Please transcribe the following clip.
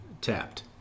tapped